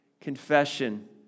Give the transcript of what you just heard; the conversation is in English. confession